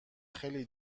خیلی